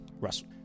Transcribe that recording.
Russell